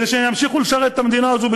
כדי שהם ימשיכו לשרת את המדינה הזאת,